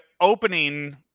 opening –